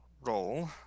roll